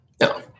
No